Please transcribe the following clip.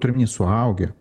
turiu omeny suaugę